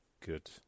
good